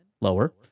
lower